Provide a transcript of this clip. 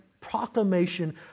proclamation